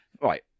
Right